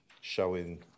showing